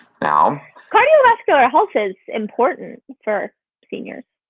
now cardiovascular health is important for seniors.